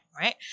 right